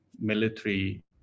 military